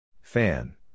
Fan